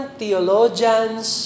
theologians